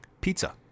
Pizza